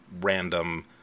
random